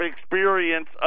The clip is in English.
experience